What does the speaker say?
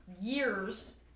years